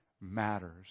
matters